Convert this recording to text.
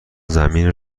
زمین